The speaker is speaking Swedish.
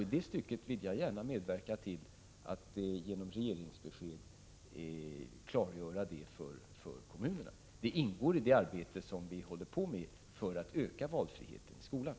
I det stycket vill jag gärna medverka till att genom regeringsbesked klargöra detta för kommunerna. Det ingår i det arbete som vi håller på med för att öka valfriheten i skolan.